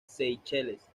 seychelles